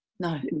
No